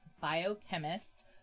biochemist